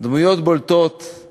ודמויות בולטות של